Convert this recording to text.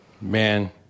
Man